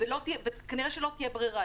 כנראה שלא תהיה ברירה,